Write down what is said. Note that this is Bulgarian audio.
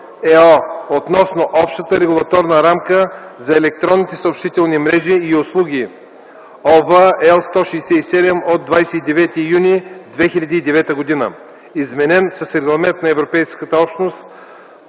относно общата регулаторна рамка за електронните съобщителни мрежи и услуги (ОВ, L 167 от 29 юни 2009 г.), изменен с Регламент на Европейската общност